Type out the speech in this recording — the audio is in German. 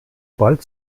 bald